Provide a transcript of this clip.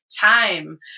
time